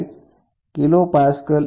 પણ કહી શકાય